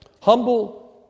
humble